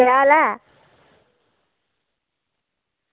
केह् हाल ऐ